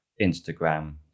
Instagram